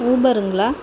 ஊபருங்ளா